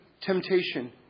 temptation